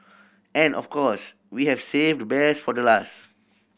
and of course we have saved the best for the last